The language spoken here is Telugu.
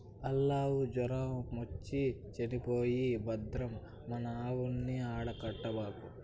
ఆల్లావు జొరమొచ్చి చచ్చిపోయే భద్రం మన ఆవుల్ని ఆడ కట్టబాకు